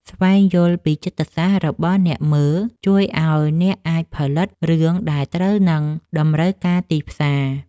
ស្វែងយល់ពីចិត្តសាស្ត្ររបស់អ្នកមើលជួយឱ្យអ្នកអាចផលិតរឿងដែលត្រូវនឹងតម្រូវការទីផ្សារ។